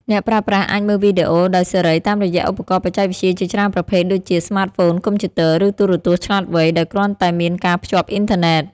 អ្នកប្រើប្រាស់អាចមើលវីដេអូដោយសេរីតាមរយៈឧបករណ៍បច្ចេកវិទ្យាជាច្រើនប្រភេទដូចជា ស្មាតហ្វូន កុំព្យូទ័រ ឬទូរទស្សន៍ឆ្លាតវៃ ដោយគ្រាន់តែមានការភ្ជាប់អុីនធឺណេត។